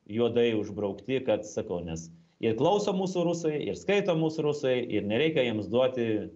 juodai užbraukti kad sakau nes ir klauso mūsų rusai ir skaito mus rusai ir nereikia jiems duoti